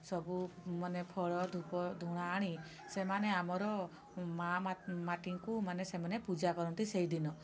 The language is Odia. ସବୁ ମାନେ ଫଳ ଧୂପ ଝୁଣା ଆଣି ସେମାନେ ଆମର ମା' ମାଟିଙ୍କୁ ମାନେ ସେମାନେ ପୂଜା କରନ୍ତି ସେଇଦିନ